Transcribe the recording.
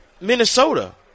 Minnesota